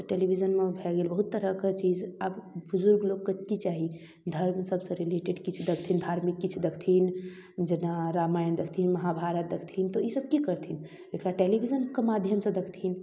तऽ टेलीविजनमे भऽ गेल बहुत तरहके चीज आब बुजुर्ग लोकके कि चाही धर्मसबसँ रिलेटेड किछु देखथिन धार्मिक किछु देखथिन जेना रामायण देखथिन महाभारत देखथिन तऽ ईसब के करथिन तऽ एकरा टेलीविजनके माध्यमसँ देखथिन